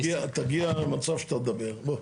תגיע למצב שאתה תדבר, בוא.